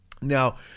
Now